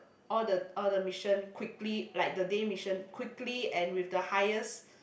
all the all the missions quickly like the day mission quickly and with the highest